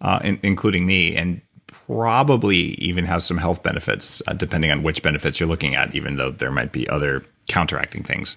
and including me and probably even has some health benefits, depending on which benefits you're looking at even though there might be other counteracting things